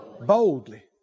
Boldly